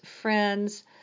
Friends